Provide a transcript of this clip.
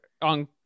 on